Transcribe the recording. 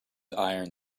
iron